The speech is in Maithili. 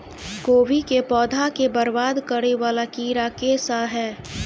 कोबी केँ पौधा केँ बरबाद करे वला कीड़ा केँ सा है?